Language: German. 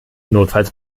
notfalls